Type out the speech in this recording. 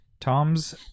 tom's